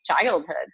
childhood